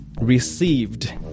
received